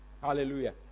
Hallelujah